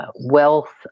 wealth